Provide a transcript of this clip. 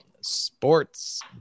sports